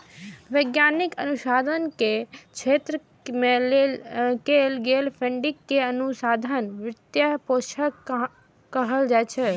वैज्ञानिक अनुसंधान के क्षेत्र मे कैल गेल फंडिंग कें अनुसंधान वित्त पोषण कहल जाइ छै